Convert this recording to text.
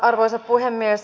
arvoisa puhemies